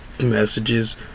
messages